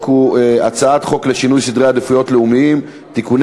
הצעת חוק לשינוי סדרי עדיפויות לאומיים (תיקוני